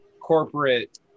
corporate